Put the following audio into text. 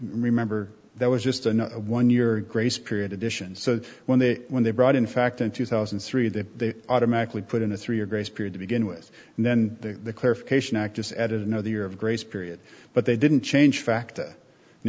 remember that was just another one your grace period edition so when they when they brought in fact in two thousand and three that they automatically put in a three year grace period to begin with and then the clarification actus added another year of grace period but they didn't change fact you